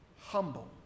humble